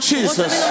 Jesus